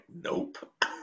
nope